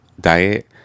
diet